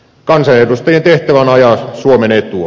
kansanedustajien tehtävä on ajaa suomen etua